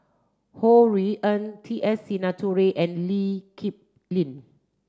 Ho Rui An T S Sinnathuray and Lee Kip Lin